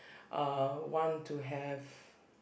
uh want to have